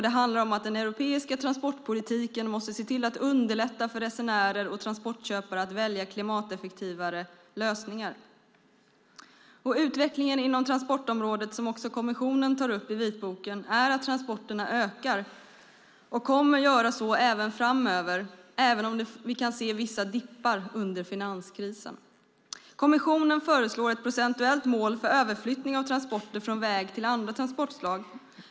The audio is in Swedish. Det handlar om att den europeiska transportpolitiken måste se till att underlätta för resenärer och transportköpare att välja klimateffektivare lösningar. Utvecklingen inom transportområdet, som också kommissionen tar upp i vitboken, är att transporterna ökar och kommer att göra så även framöver även om vi kan se vissa dippar under finanskrisen. Kommissionen föreslår ett procentuellt mål för överflyttning av transporter från väg till andra transportslag.